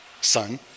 son